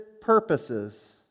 purposes